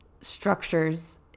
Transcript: structures